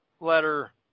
letter